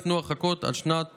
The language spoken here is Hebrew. ניתנו הרחקות עד שנת